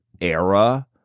era